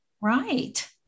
Right